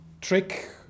trick